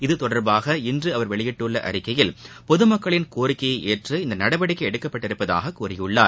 இது தொடர்பாக இன்று அவர் வெளியிட்டுள்ள அறிக்கையில் பொதுமக்களின் கோரிக்கையை ஏற்று இந்த நடவடிக்கை எடுக்கப்பட்டுள்ளதாக அவர் கூறியுள்ளார்